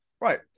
Right